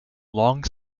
long